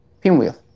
pinwheel